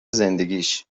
زندگیش